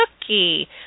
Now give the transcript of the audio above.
cookie